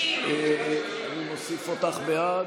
אני מוסיף אותך בעד.